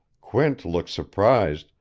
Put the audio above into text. quint looked surprised,